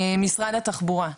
משרד התחבורה,